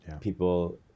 people